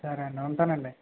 సరే అండి ఉంటానండి